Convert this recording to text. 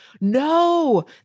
no